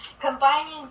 combining